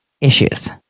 issues